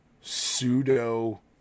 pseudo